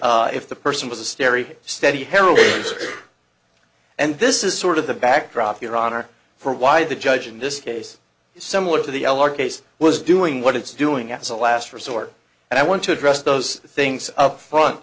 story if the person was a steri steady heraldry and this is sort of the backdrop your honor for why the judge in this case is similar to the l r case was doing what it's doing as a last resort and i want to address those things up front